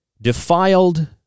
defiled